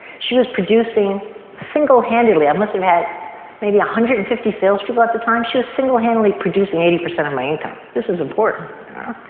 she was producing single handedly, i must have had maybe one hundred and fifty salespeople at the time, she was single handedly producing eighty percent of my income. this was important,